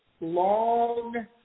long